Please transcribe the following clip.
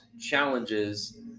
challenges